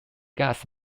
gas